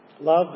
love